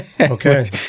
Okay